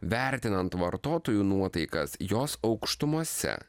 vertinant vartotojų nuotaikas jos aukštumose